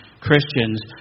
Christians